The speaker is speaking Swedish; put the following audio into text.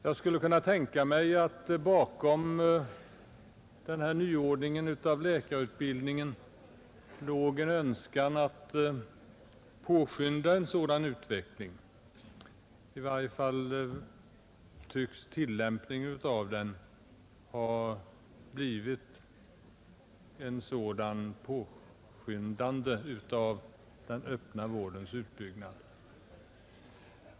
Jag skulle kunna tänka mig att bakom den här nyordningen av läkarutbildningen låg en önskan att påskynda en sådan utveckling. I varje fall tycks tillämpningen av den ha blivit ett sådant påskyndande av den öppna vårdens utbyggnad.